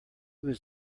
was